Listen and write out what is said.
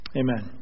amen